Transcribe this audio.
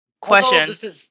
Question